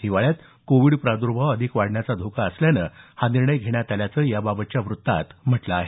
हिवाळ्यात कोविड प्रादुर्भाव अधिक वाढण्याचा धोका असल्यानं हा निर्णय घेण्यात आल्याचं याबाबतच्या व्त्तात म्हटलं आहे